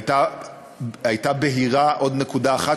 הייתה בהירה עוד נקודה אחת,